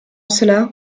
cela